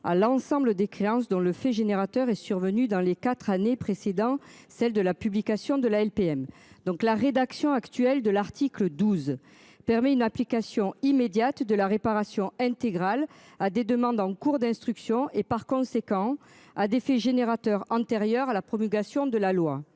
à l'ensemble des créances dans le fait générateur est survenue dans les 4 années précédant celle de la publication de la LPM donc la rédaction actuelle de l'article 12 permet une application immédiate de la réparation intégrale à des demandes en cours d'instruction et, par conséquent. Ah des faits générateurs antérieur à la promulgation de la loi.